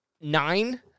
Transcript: nine